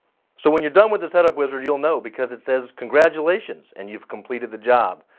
so when you're done with the setup wizard, you'll know because it says congratulations! and you've completed the job.